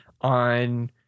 on